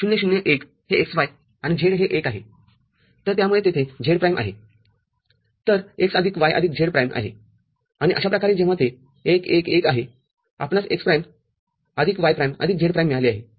० ० १ हे x y आणि z हे १ आहे तर त्यामुळे तेथे z प्राईमआहेतर x आदिक y आदिक z प्राईमआहे आणि अशाप्रकारे जेव्हा ते १ १ १ आहेआपणास x प्राईम आदिक y प्राईमआदिक z प्राईम मिळाले आहे